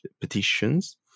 petitions